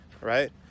right